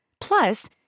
Plus